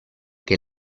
che